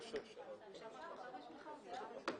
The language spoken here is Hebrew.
מי בעד הרביזיה של חברת הכנסת יעל כהן-פארן?